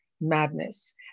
madness